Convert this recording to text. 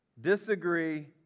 disagree